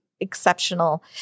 exceptional